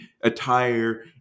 attire